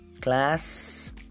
class